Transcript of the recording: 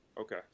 okay